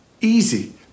easy